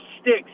sticks